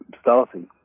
starting